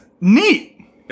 Neat